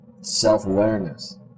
self-awareness